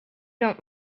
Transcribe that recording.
don’t